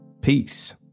Peace